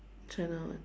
China one